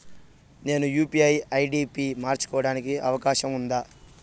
నేను UPI ID పి మార్చుకోవడానికి అవకాశం ఉందా?